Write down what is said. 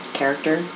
character